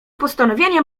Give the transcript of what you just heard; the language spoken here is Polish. postanowienie